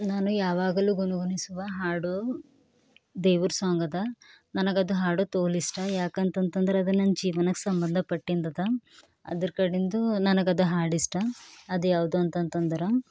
ನಾನು ಯಾವಾಗಲೂ ಗುನಗುನಿಸುವ ಹಾಡು ದೇವ್ರ ಸಾಂಗದ ನನಗೆ ಅದು ಹಾಡು ತೋಲು ಇಷ್ಟ ಯಾಕಂತಂತಂದರೆ ಅದು ನನ್ನ ಜೀವನಕ್ಕೆ ಸಂಬಂಧಪಟ್ಟಿದ್ದದ ಅದರ ಕಡಿಂದು ನನಗೆ ಅದು ಹಾಡು ಇಷ್ಟ ಅದು ಯಾವುದು ಅಂತಂತಂತಂದ್ರೆ